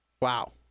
Wow